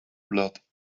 blood